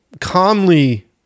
calmly